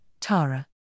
Tara